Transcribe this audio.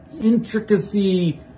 intricacy